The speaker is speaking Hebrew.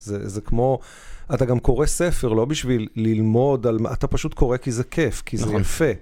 זה כמו, אתה גם קורא ספר, לא בשביל ללמוד, אתה פשוט קורא כי זה כיף, כי זה יפה.